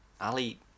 Ali